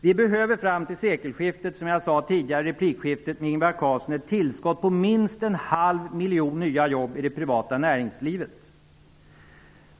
Vi behöver fram till sekelskiftet -- som jag sade tidigare i mitt replikskifte med Ingvar Carlsson -- ett tillskott på minst en halv miljon nya jobb i det privata näringslivet.